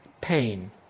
pain